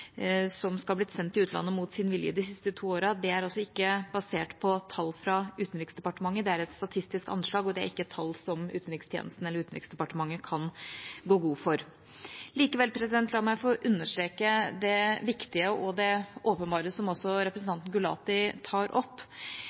som skal ha blitt sendt til utlandet mot sin vilje de siste to årene – ikke er basert på tall fra Utenriksdepartementet. Det er et statistisk anslag, og det er ikke et tall som utenrikstjenesten eller Utenriksdepartementet kan gå god for. Likevel: La meg få understreke det viktige og det åpenbare som også representanten Gulati tar opp.